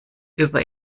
über